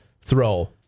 throw